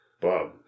Bob